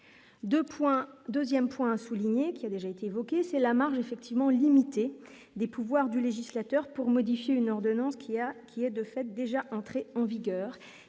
2ème point souligné qui a déjà été évoqué, c'est la marge effectivement limiter des pouvoirs du législateur pour modifier une ordonnance qui a, qui est de fait déjà entré en vigueur